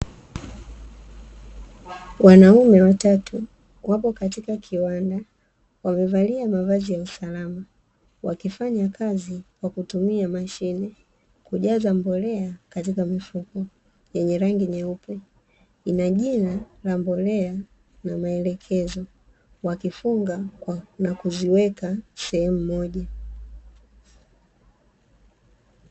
Wanaume watatu wako katika kiwanda wamevalia mavazi ya usalama wakifanya kazi kwa kutumia mashine kujaza mbolea katika mifuko yenye rangi nyeupe, ina jina la mbolea na maelekezo wakifunga na kuziweka sehemu moja.